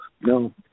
no